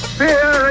fear